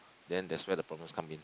then that's where the problems come in